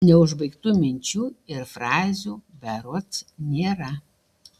neužbaigtų minčių ir frazių berods nėra